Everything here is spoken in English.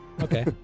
okay